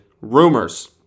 rumors